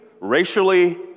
racially